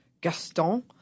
Gaston